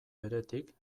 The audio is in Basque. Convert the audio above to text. beretik